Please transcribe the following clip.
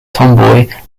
tomboy